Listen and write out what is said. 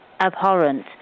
abhorrent